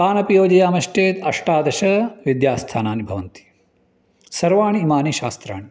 तान् अपि योजयामश्चेत् अष्टादश विद्यास्थानानि भवन्ति सर्वाणि इमानि शास्त्राणि